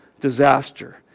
disaster